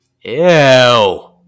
Ew